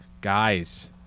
guys